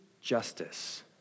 justice